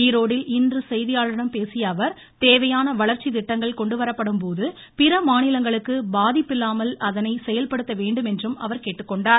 ஈரோடில் இன்று செய்தியாளர்களிடம் பேசிய அவர் தேவையான திட்டங்கள் கொண்டு வரப்படும் போது பிற மாநிலங்களுக்கு பாதிப்பில்லாமல் அதை செயல்படுத்த வேண்டும் என்றும் அவர் கேட்டுக்கொண்டார்